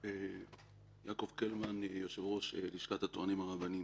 יעקב קלמן, יושב-ראש לשכת הטוענים הרבניים.